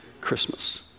Christmas